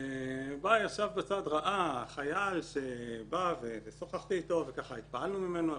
והוא ישב בצד וראה חייל שבא ושוחחתי אתו והתפעלנו ממנו,